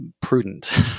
prudent